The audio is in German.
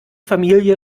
familie